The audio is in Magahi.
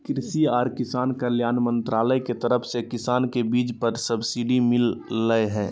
कृषि आर किसान कल्याण मंत्रालय के तरफ से किसान के बीज पर सब्सिडी मिल लय हें